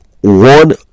one